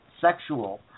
sexual